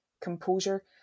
composure